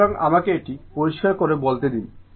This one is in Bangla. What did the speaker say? সুতরাং আমাকে এটি পরিষ্কার করে বলতে দিন